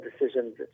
decisions